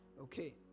Okay